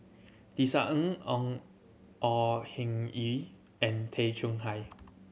Tisa Ng Ong Au Hing Yee and Tay Chong Hai